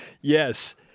yes